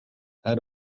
had